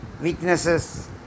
weaknesses